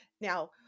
Now